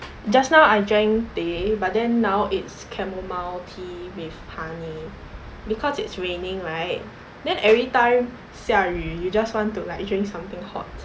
just now I drank teh but then now it's chamomile tea with honey because it's raining right then every time 下雨 you just want to like drink something hot